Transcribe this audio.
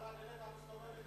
בגלל הדלת המסתובבת, דרך אגב.